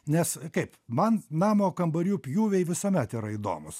nes kaip man namo kambarių pjūviai visuomet yra įdomūs